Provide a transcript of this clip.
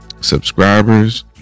subscribers